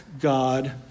God